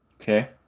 Okay